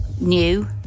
new